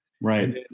Right